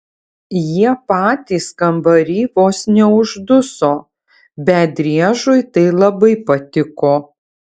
jie patys kambary vos neužduso bet driežui tai labai patiko